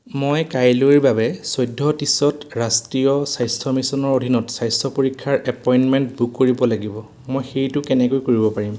মই কাইলৈৰ বাবে চৈধ্য ত্ৰিছত ৰাষ্ট্ৰীয় স্বাস্থ্য মিছনৰ অধীনত স্বাস্থ্য পৰীক্ষাৰ এপইণ্টমেণ্ট বুক কৰিব লাগিব মই সেইটো কেনেকৈ কৰিব পাৰিম